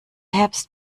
herbst